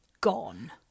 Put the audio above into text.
gone